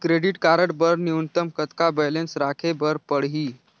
Credit card बर न्यूनतम कतका बैलेंस राखे बर पड़ही?